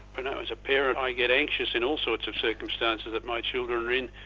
i know as a parent, i get anxious in all sorts of circumstances that my children are in,